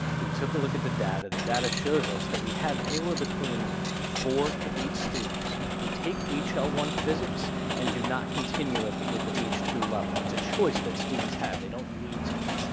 we took a look at the data. the data shows us that we have anywhere between four to eight students who take h l one physics and do not continue it with the h l two level. it's a choice that students have they don't need to,